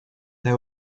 they